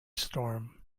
storm